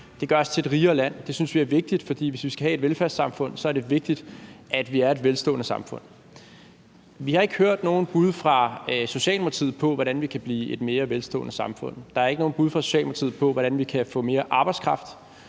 Det gør os til et rigere land. Det synes vi er vigtigt, for hvis vi skal have et velfærdssamfund, er det vigtigt, at vi er et velstående samfund. Vi har ikke hørt nogen bud fra Socialdemokratiet på, hvordan vi kan blive et mere velstående samfund. Der er ikke nogen bud fra Socialdemokratiet på, hvordan vi kan få mere arbejdskraft,